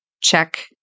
check